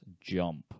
jump